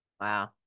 Wow